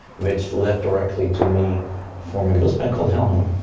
which led directly to me forming this band called hellhammer.